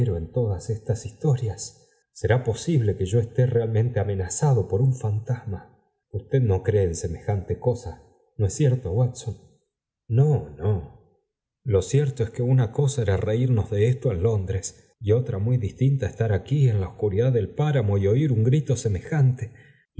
en todas estas historias será posible que yo esté realmente amenazado por un fantasma usted no cree en semejante cosa no es cierto watson no no lo cierto es que una cosa era reimos de esto z l m y itetinta estar aquí en f mftta w jft r rito seniejan